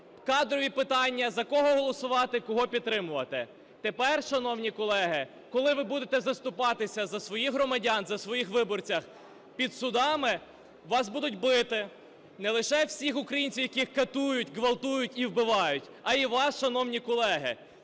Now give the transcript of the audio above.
кадрові питання, за кого голосувати, кого підтримувати. Тепер, шановні колеги, коли ви будете заступатись за своїх громадян, за своїх виборців під судами, вас будуть бити, не лише всіх українців, яких катують, ґвалтують і вбивають, а і вас, шановні колеги.